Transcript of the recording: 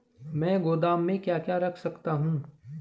मैं गोदाम में क्या क्या रख सकता हूँ?